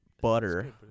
butter